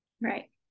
Right